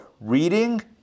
Reading